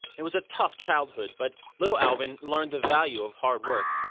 it was a tough childhood, but little alvin learned the value of hard work.